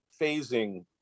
phasing